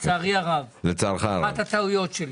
לצערי הרב אחת הטעויות שלי.